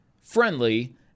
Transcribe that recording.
friendly